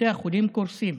בתי החולים קורסים.